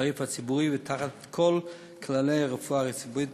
הציבורי ותחת כל כללי הרפואה הציבורית